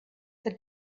the